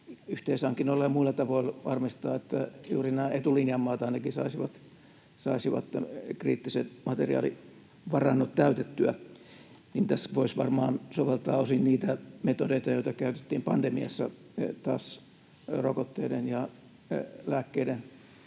yhteishankinnoilla ja muilla tavoilla varmistaa, että ainakin juuri nämä etulinjan maat saisivat kriittiset materiaalivarannot täytettyä. Tässä voisi varmaan soveltaa osin niitä metodeja, joita käytettiin pandemiassa rokotteiden ja lääkkeiden